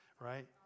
right